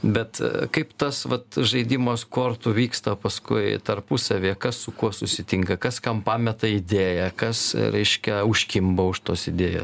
bet kaip tas vat žaidimas kortų vyksta paskui tarpusavyje kas su kuo susitinka kas kam pameta idėją kas reiškia užkimba už tos idėjos